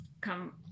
come